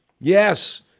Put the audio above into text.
Yes